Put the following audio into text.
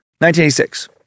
1986